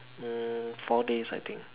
mm four days I think